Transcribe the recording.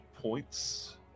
points